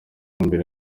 mbere